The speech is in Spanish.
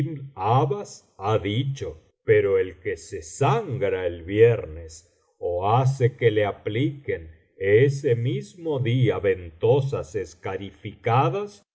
ha dicho pero el que se sangra el viernes ó hace que le apliquen ese mismo día ventosas escarificadas